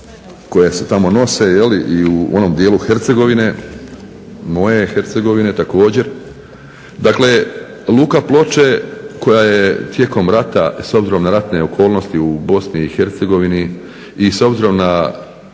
koje se tamo nose je li i u onom dijelu Hercegovine, moje Hercegovine također, dakle luka Ploče koja je tijekom rata s obzirom na ratne okolnosti u Bosni i Hercegovini i s obzirom na